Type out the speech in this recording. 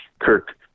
Kirk